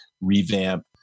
revamp